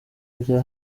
bya